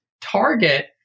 target